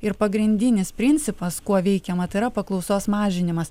ir pagrindinis principas kuo veikiama tai yra paklausos mažinimas